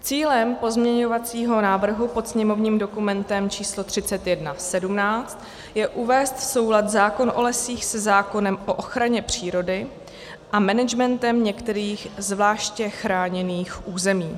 Cílem pozměňovacího návrhu pod sněmovním dokumentem číslo 3117 je uvést v soulad zákon o lesích se zákonem o ochraně přírody a managementem některých zvláště chráněných území.